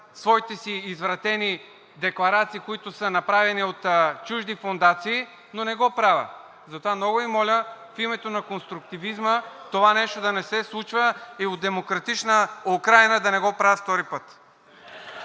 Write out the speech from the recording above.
своите си извратени декларации, които са направени от чужди фондации, но не го правя. Затова много Ви моля, в името на конструктивизма, това нещо да не се случва и от „Демократична Украйна“ да не го правят втори път.